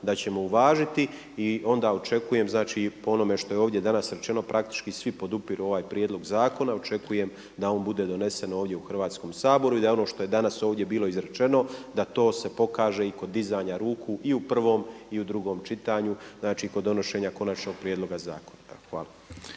da ćemo uvažiti i onda očekujem, znači po onome što je ovdje danas rečeno, praktički svi podupiru ovaj prijedlog zakona. Očekujem da on bude donesen ovdje u Hrvatskom saboru. I da ono što je danas ovdje bilo izrečeno da to se pokaže i kod dizanja ruku i u prvom i u drugom čitanju, znači kod donošenja konačnog prijedloga zakona. Evo